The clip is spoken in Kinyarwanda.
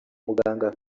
muganga